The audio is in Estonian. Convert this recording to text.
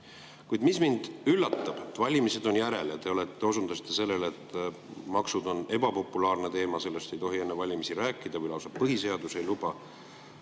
Kuid mis mind üllatab valimiste järel: te osutasite sellele, et maksud on ebapopulaarne teema, sellest ei tohi enne valimisi rääkida või lausa põhiseadus ei luba